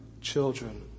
children